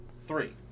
three